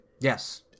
Yes